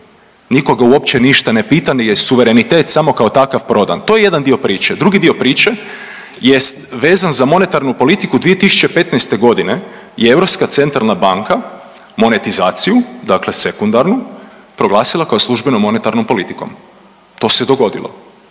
nikoga uopće ništa ne pita nego je suverenitet samo kao takav prodan. To je jedan dio priče. Drugi dio priče jest vezan za monetarnu politiku 2015. godine je Europska centralna banka monetizaciju, dakle sekundarnu proglasila kao službenom monetarnom politikom. To se dogodilo